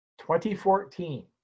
2014